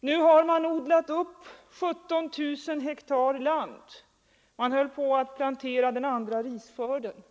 nu har man odlat upp 17 000 hektar land, och man höll nu på att plantera den andra risskörden.